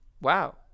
Wow